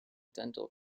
dental